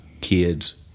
kids